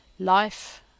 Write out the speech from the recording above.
Life